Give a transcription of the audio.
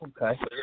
Okay